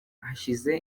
hashize